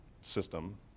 system